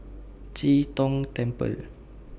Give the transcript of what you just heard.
Chee Tong Temple